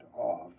off